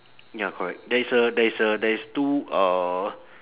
ya correct there is a there is a there is two uh